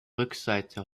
rückseite